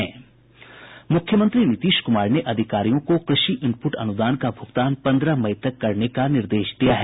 मुख्यमंत्री नीतीश कुमार ने अधिकारियों को कृषि इनपुट अनुदान का भुगतान पन्द्रह मई तक करने का निर्देश दिया है